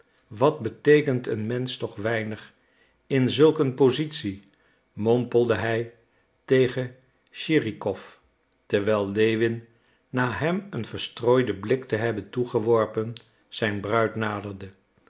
wat beteekent een mensch toch weinig in zulk een positie mompelde hij tegen tschirikow terwijl lewin na hem een verstrooiden blik te hebben toegeworpen zijn bruid naderde